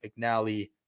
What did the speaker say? McNally